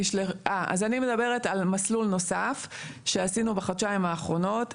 אני מדברת על מסלול נוסף שעשינו בחודשיים האחרונים.